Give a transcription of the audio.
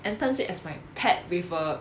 and turns it as my pet with a